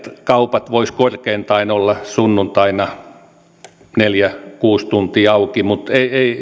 kaupat voisivat korkeintaan olla sunnuntaina neljä viiva kuusi tuntia auki mutta